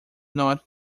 not